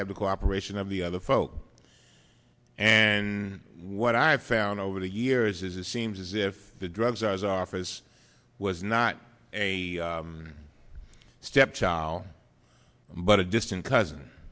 have the cooperation of the other folk and what i've found over the years is it seems as if the drug czar's office was not a stepchild but a distant cousin